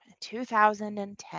2010